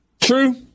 true